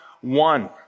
One